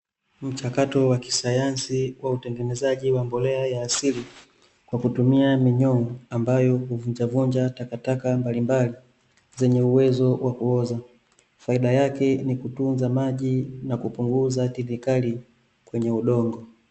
Mchakato wa kisayansi, wa utengenezaji wa mbolea ya asili, kwa kutumia minyoo , ambayo huvunja vunja takataka mbalimbali, zenye uwezo wa kuoza, faida yake ni kutunza maji, na kupunguza tindikali kwenye udongo.